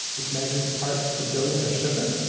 which measures part per billion of sugar,